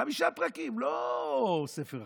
חמישה פרקים, לא ספר.